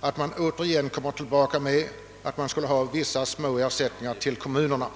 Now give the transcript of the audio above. att man återigen föreslår vissa små ersättningar till kommunerna.